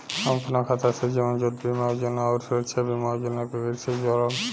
हम अपना खाता से जीवन ज्योति बीमा योजना आउर सुरक्षा बीमा योजना के कैसे जोड़म?